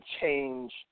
change